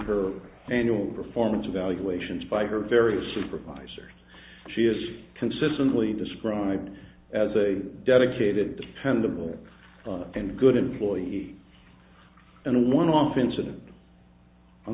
her annual performance evaluations by her various supervisors she has consistently described as a dedicated dependable and good employee and a one off incident on